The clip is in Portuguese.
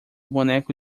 boneco